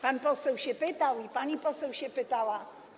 Pan poseł się pytał i pani poseł się pytała.